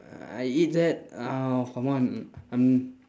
uh I eat that uh come on I'm